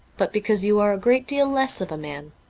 but because you are a great deal less of a man.